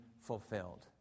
fulfilled